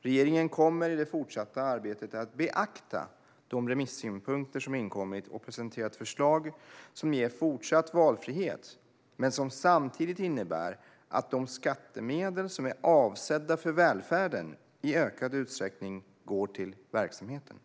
Regeringen kommer i det fortsatta arbetet att beakta de remisssynpunkter som inkommit och presentera ett förslag som ger fortsatt valfrihet men som samtidigt innebär att de skattemedel som är avsedda för välfärden i ökad utsträckning går till verksamheten.